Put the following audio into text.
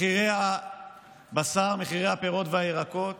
מחירי הבשר, מחירי הפירות והירקות,